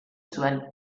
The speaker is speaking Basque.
zuen